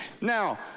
Now